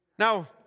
Now